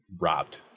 Robbed